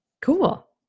Cool